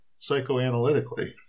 psychoanalytically